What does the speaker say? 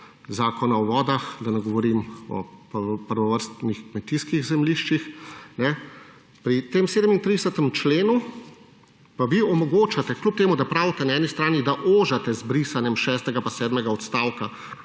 Zakona o vodah, da ne govorim o prvovrstnih kmetijskih zemljiščih. Pri tem 37. členu pa vi omogočate, kljub temu da pravite na eni strani, da ožite z brisanjem šestega